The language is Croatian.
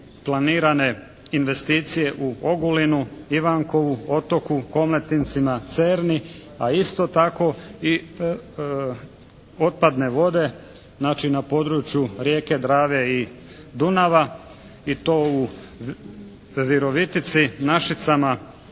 planirane investicije u Ogulinu, Ivankovu, Otoku, Komletincima, Cerni a isto tako otpadne vode znači na području rijeke Drave i Dunava i to u Virovitici, Našicama,